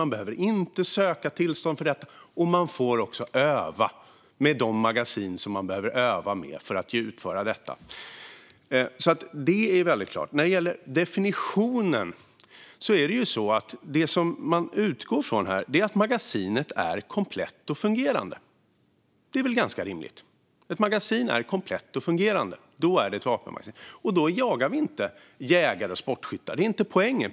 Man behöver inte söka tillstånd för detta, och man får också öva med de magasin som man behöver. Det är väldigt klart. När det gäller definitionen utgår man från att magasinet är komplett och fungerande. Det är väl ganska rimligt. Om ett magasin är komplett och fungerande är det ett vapenmagasin. Då jagar vi inte jägare och sportskyttar. Det är inte poängen.